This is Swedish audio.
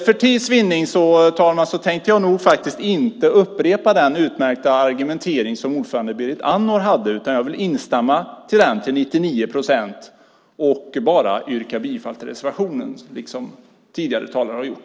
För tids vinnande, herr talman, tänkte jag inte upprepa den utmärkta argumentering som ordföranden Berit Andnor hade, utan jag vill instämma i den till 99 procent och bara yrka bifall till reservationen, liksom tidigare talare har gjort.